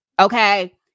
okay